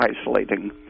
isolating